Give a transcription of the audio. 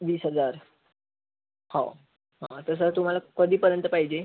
वीस हजार हो तसं तुम्हाला कधीपर्यंत पाहिजे